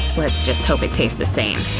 let's just hope it tastes the same.